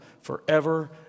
forever